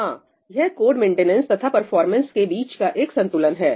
हां यह code maintenance तथा परफॉर्मेंस के बीच का एक संतुलन है